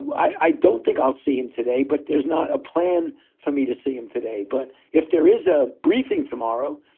i don't think i'll see him today, but there's not a plan for me to see him today. but if there is a briefing tomorrow,